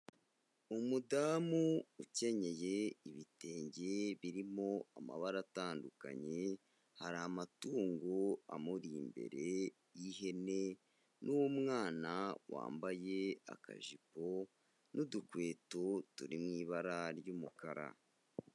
Umudamu ukenyeye ibitenge birimo amabara atandukanye, hari amatungo amuri imbere y'ihene n'umwana wambaye akajipo n'udukweto turi mu ibara ry'umukara.